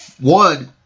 One